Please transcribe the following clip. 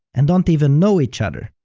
and don't even know each other,